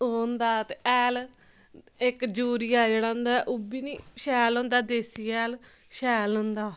ओह् होंदा ते हैल इक यूरिया जेह्ड़ा होंदा ओह् बी शैल होंदा देसी हैल शैल होंदा